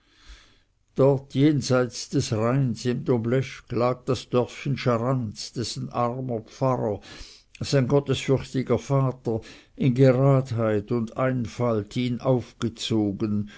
dort jenseits des rheines im domleschg lag das dörfchen scharans dessen armer pfarrer sein gottesfürchtiger vater in geradheit und einfalt ihn aufgezogen